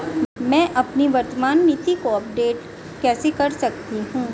मैं अपनी वर्तमान नीति को कैसे अपग्रेड कर सकता हूँ?